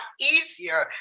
easier